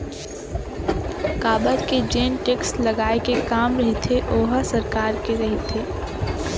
काबर के जेन टेक्स लगाए के काम रहिथे ओहा सरकार के रहिथे